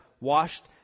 washed